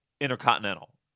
intercontinental